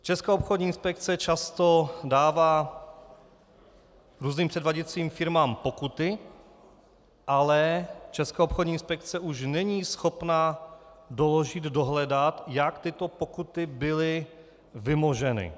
Česká obchodní inspekce často dává různým předváděcím firmám pokuty, ale Česká obchodní inspekce už není schopná doložit, dohledat, jak tyto pokuty byly vymoženy.